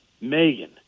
Megan